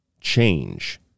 change